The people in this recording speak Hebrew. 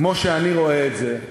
כמו שאני רואה את זה,